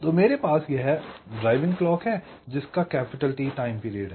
तो मेरे पास यह ड्राइविंग क्लॉक है जिसमे T टाइम पीरियड है